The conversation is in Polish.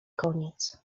koniec